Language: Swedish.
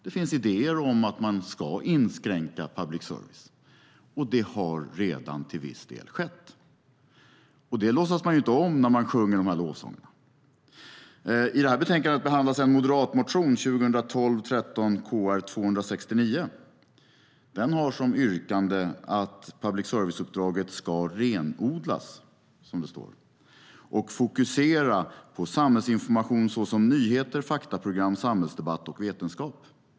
Det finns idéer om att man ska inskränka public service, och det har redan till viss del skett. Det låtsas man ju inte om när man sjunger de här lovsångerna. I det här betänkandet behandlas en moderatmotion, 2012/13:Kr269. Den har som yrkande att public service-uppdraget ska renodlas, som det står, och fokusera på samhällsinformation såsom nyheter, faktaprogram, samhällsdebatt och vetenskap.